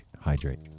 Hydrate